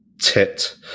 tit